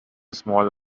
small